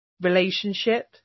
relationship